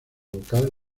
local